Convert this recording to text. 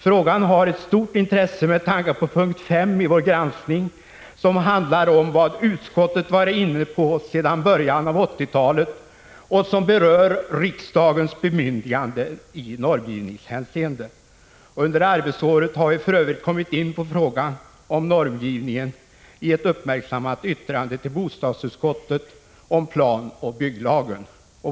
Frågan har ett stort intresse med tanke på p. 5 i vår granskning, som handlar om vad utskottet varit inne på sedan början av 1980-talet och som berör riksdagens bemyndigande i normgivningshänseende. Under arbetsåret har vi för övrigt kommit in på frågan om normgivningen i ett uppmärksammat yttrande till bostadsutskottet om planoch bygglagen.